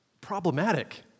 problematic